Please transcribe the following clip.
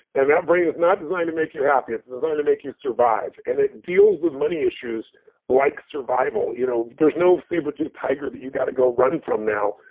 and that brain is not designed to make you happy, it's designed to make you survive. and it deals with money issues like survival. you know there's no saber tooth tiger that you got to go run from now,